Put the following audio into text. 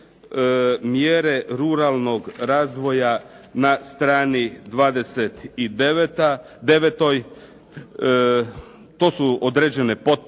mjere ruralnog razvoja na strani 29. To su određene potpore